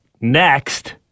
next